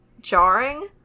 jarring